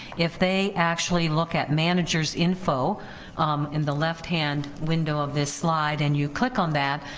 if they actually look at managers info in the left hand window of this slide, and you click on that,